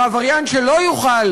ועבריין שלא יוכל